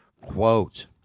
Quote